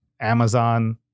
Amazon